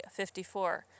54